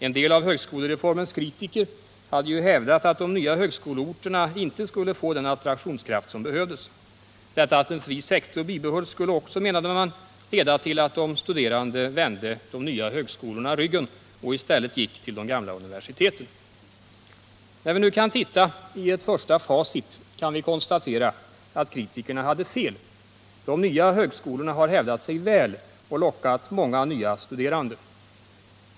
En del av högskolereformens kritiker hade ju hävdat att de nya högskoleorterna inte skulle få den attraktionskraft som behövdes. Detta att en fri sektor bibehölls skulle också, menade man, leda till att de studerande vände de nya högskolorna ryggen och i stället gick till de gamla universiteten. När vi nu kan titta i ett första facit kan vi konstatera att kritikerna hade fel. De nya högskolorna har hävdat sig väl och lockat många nya studerande.